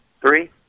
Three